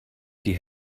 die